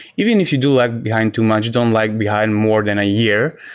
even if you do lag behind too much, don't lag behind more than a year.